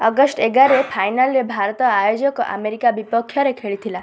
August ଏଗାରରେ ଫାଇନାଲ୍ରେ ଭାରତ ଆୟୋଜକ ଆମେରିକା ବିପକ୍ଷରେ ଖେଳିଥିଲା